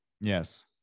Yes